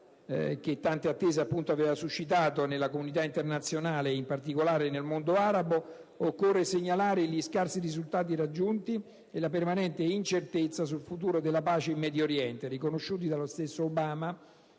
che tante attese aveva suscitato nella comunità internazionale e in particolare nel mondo arabo, occorre segnalare gli scarsi risultati raggiunti e la permanente incertezza sul futuro della pace in Medio Oriente, riconosciuti dallo stesso Obama,